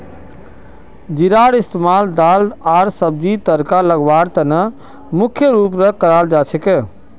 जीरार इस्तमाल दाल आर सब्जीक तड़का लगव्वार त न मुख्य रूप स कराल जा छेक